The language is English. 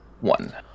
One